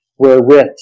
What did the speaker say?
Wherewith